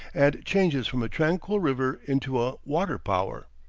and changes from a tranquil river into a water-power.